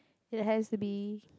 it has to be